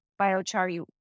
biochar